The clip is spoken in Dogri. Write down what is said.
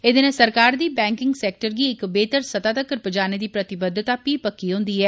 एह्दे नै सरकार दी बैंकिंग सेक्टर गी इक बेहतर सतह् तक्कर पजाने दी प्रतिबद्धता पही पक्की होंदी ऐ